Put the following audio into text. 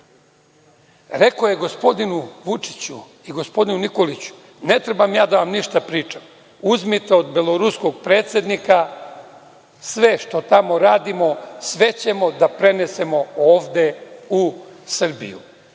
rekao je gospodinu Vučiću i gospodinu Nikoliću – ne treba da vam ja ništa pričam, uzmite do beloruskog predsednika sve što tamo radimo, sve ćemo da prenesemo ovde u Srbiju. Još